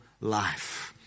life